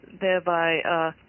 thereby